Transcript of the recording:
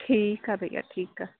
ठीकु आहे भईया ठीकु आहे